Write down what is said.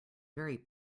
very